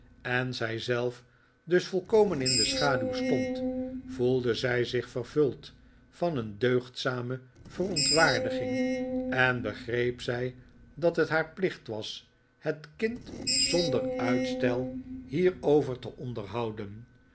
en zij zelf dus volkomen in de schaduw stondvoelde zij zich vervuld van een deugdzame verontwaardiging en begreep zij dat het haar plicht was het kind zonder uitstel hierover te onderhouden